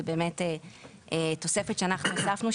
זה באמת תוספת שאנחנו הוספנו,